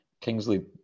Kingsley